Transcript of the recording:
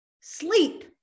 sleep